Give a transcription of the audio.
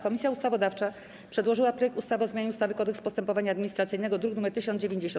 Komisja Ustawodawcza przedłożyła projekt ustawy o zmianie ustawy - Kodeks postępowania administracyjnego, druk nr 1090.